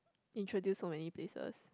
introduce so many places